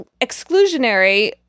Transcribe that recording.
exclusionary